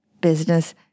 business